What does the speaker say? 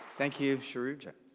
thank you, shaarujaa.